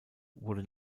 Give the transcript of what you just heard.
wurde